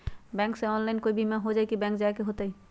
Bank से online कोई बिमा हो जाई कि बैंक जाए के होई त?